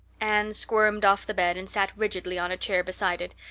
anne squirmed off the bed and sat rigidly on a chair beside it,